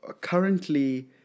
currently